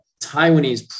Taiwanese